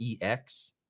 ex